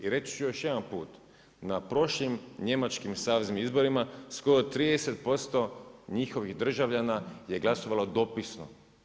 I reći ću još jedan put, na prošlim njemačkim saveznim izborima skoro 30% njihovih državljana je glasovalo dopisno.